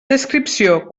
descripció